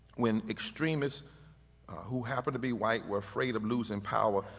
when extremists who happened to be white were afraid of losing power,